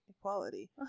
equality